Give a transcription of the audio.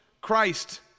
Christ